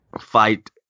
fight